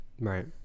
Right